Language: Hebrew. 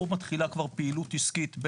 פה מתחילה כבר פעילות עסקית,